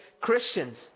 Christians